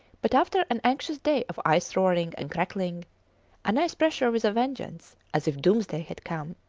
but after an anxious day of ice roaring and crackling an ice pressure with a vengeance, as if doomsday had come,